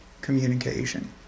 communication